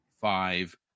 five